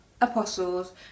apostles